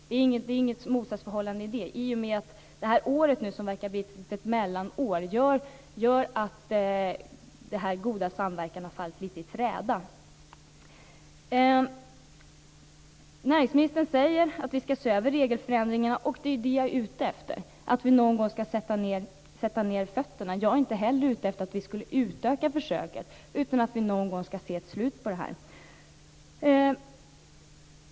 Det finns inget motsatsförhållande i det. Detta år, som verkar bli ett mellanår, innebär att denna goda samverkan lite grann har fallit i träda. Näringsministern säger att vi skall se över regelförändringarna, och det är det jag är ute efter. Jag är ute efter att vi någon gång skall sätta ned foten. Jag är inte heller ute efter att vi skall utöka försöket, men vi måste någon gång se ett slut på detta.